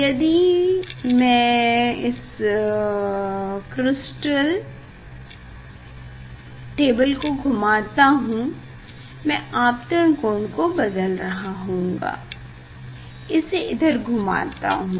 यदि में इस क्रिस्टल टेबल को घूमता हूँ में आपतन कोण को बदल रहा होऊगा इसे इधर घूमता हूँ